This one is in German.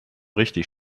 richtig